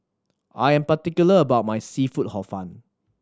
I am particular about my seafood Hor Fun